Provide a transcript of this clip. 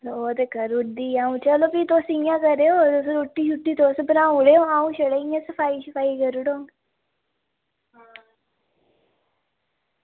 ओह् ते करी ओड़दी ही ते चलो चुस इंया करेओ रुट्टी बनाई ओड़ेओ तुस अंऊ छड़ी इंया सफाई करी ओड़ङ